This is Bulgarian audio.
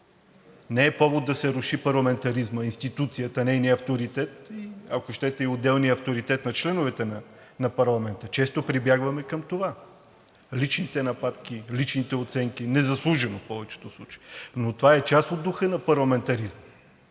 не е повод да се руши парламентаризмът, институцията, нейният авторитет, ако щете и отделният авторитет на членовете на парламента – често прибягваме към това. Личните нападки, личните оценки, незаслужени в повечето случаи, но това е част от духа на парламентаризма,